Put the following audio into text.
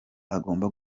agomba